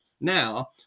now